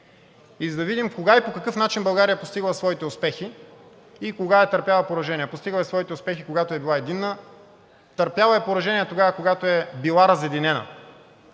и за да видим кога и по какъв начин България е постигнала своите успехи и кога е търпяла поражения. Постигала е своите успехи, когато е била единна. Търпяла е поражения тогава, когато е била разединена,